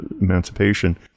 emancipation